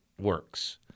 works